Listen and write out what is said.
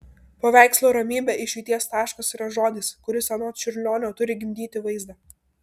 paveikslo ramybė išeities taškas yra žodis kuris anot čiurlionio turi gimdyti vaizdą